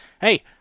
hey